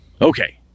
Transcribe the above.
Okay